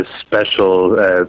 special